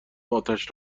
اتش